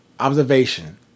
observation